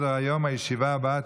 מי נגד?